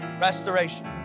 Restoration